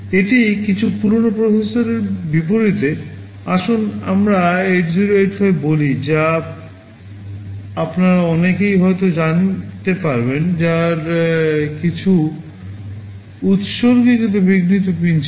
এটি কিছু পুরানো প্রসেসরের বিপরীতে আসুন আমরা 8085 বলি যা আপনারা অনেকেই হয়ত জানতে পারবেন যাঁর কিছু উত্সর্গীকৃত বিঘ্নিত পিন ছিল